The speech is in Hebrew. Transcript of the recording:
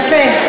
יפה.